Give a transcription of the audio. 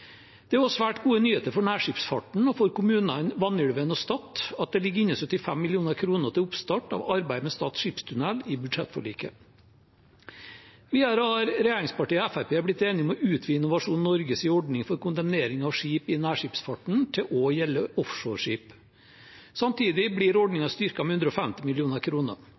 Det er også svært gode nyheter for nærskipsfarten og for kommunene Vanylven og Stad at det i budsjettforliket ligger inne 75 mill. kr til oppstart av arbeid med Stad skipstunnel. Videre har regjeringspartiene og Fremskrittspartiet blitt enige om å utvide Innovasjon Norges ordning for kondemnering av skip i nærskipsfarten til også å gjelde offshoreskip. Samtidig blir ordningen styrket med 150